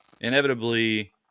inevitably